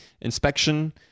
inspection